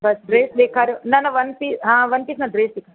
पर ड्रेस ॾेखारियो न न वन पीस हा वन पीस न ड्रेस ॾेखारियो